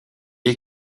est